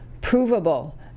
provable